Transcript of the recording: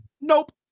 nope